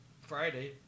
Friday